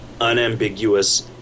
unambiguous